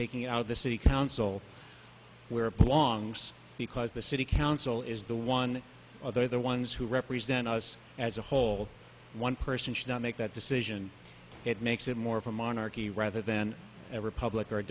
taking out the city council where prolongs because the city council is the one other the ones who represent us as a whole one person should not make that decision it makes it more of a monarchy rather than ever public or a